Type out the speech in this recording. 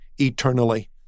eternally